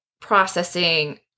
processing